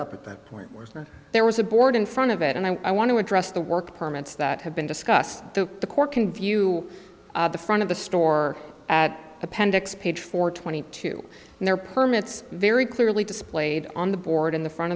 up at that point where there was a board in front of it and i want to address the work permits that have been discussed the court can view the front of the store at appendix page four twenty two and their permits very clearly displayed on the board in the front